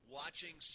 watching